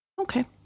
Okay